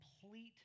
complete